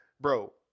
Bro